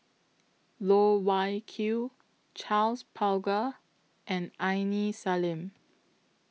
Loh Wai Kiew Charles Paglar and Aini Salim